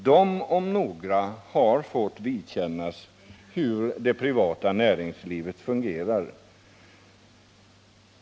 De om några har fått känna på hur det privata näringslivet fungerar.